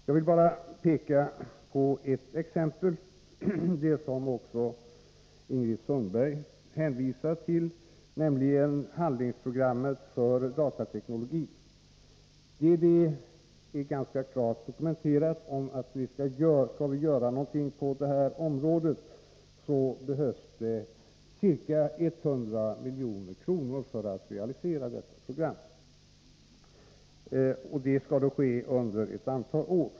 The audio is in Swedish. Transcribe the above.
Jag vill bara peka på ett exempel, som också Ingrid Sundberg hänvisade till, nämligen handlingsprogrammet för datateknologi. Det är ganska klart deklarerat, att om vi skall göra någonting på detta område behövs det ca 100 milj.kr. för att realisera detta program. Det skall då ske under ett antal år.